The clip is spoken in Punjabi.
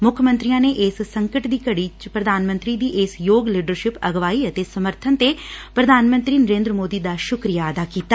ਮੁੱਖ ਮੰਤਰੀਆਂ ਨੇ ਇਸ ਸੰਕਟ ਦੀ ਘਤੀ ਪੁਧਾਨ ਮੰਤਰੀ ਦੀ ਇਸ ਯੋਗ ਲੀਡਰਸ਼ਿਪ ਅਗਵਾਈ ਅਤੇ ਸਮਰਥਨ ਤੇ ਪ੍ਰਧਾਨ ਮੰਤਰੀ ਦਾ ਸੁਕਰੀਆ ਅਦਾ ਕੀਤਾ